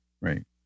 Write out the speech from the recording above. right